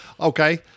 Okay